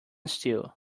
stew